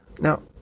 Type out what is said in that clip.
Now